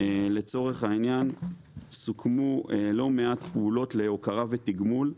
לצורך העניין, סוכמו לא מעט פעולות להוקרה ותגמול.